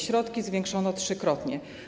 Środki zwiększono trzykrotnie.